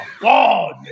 god